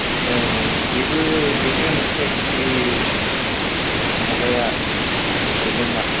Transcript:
औ बिबो मोनसे बेनो गिदिर माबाया प्रब्लेमा